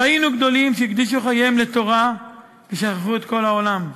ראינו גדולים שהקדישו חייהם לתורה ושכחו את כל העולם.